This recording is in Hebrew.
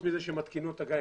וחוץ מזה שמתקינים לו את הגלאי,